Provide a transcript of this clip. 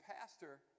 pastor